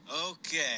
Okay